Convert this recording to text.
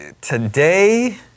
Today